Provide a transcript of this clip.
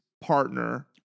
partner